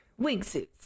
Wingsuits